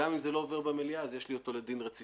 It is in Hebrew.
גם אם זה לא עובר במליאה, יש לי אותו בדין רציפות